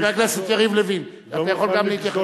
חבר הכנסת יריב לוין, גם אתה יכול להתייחס.